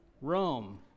Rome